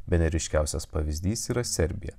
bene ryškiausias pavyzdys yra serbija